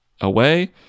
away